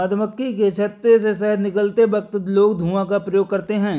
मधुमक्खी के छत्ते से शहद निकलते वक्त लोग धुआं का प्रयोग करते हैं